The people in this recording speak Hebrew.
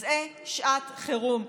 זו שעת חירום.